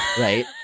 right